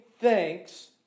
thanks